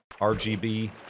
RGB